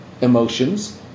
emotions